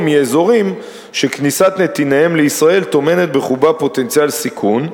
או מאזורים שכניסת נתיניהם לישראל טומנת בחובה פוטנציאל סיכון,